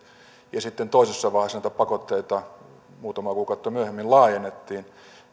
ja sitten toisessa vaiheessa näitä pakotteita muutamaa kuukautta myöhemmin laajennettiin